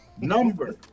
number